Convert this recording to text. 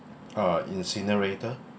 uh incinerator